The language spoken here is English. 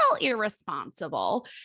irresponsible